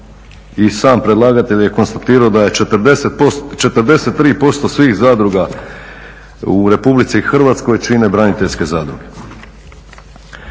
sam predlagatelj je konstatirao da je 43% svih zadruga u Republici Hrvatskoj čine braniteljske zadruge.